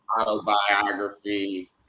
autobiography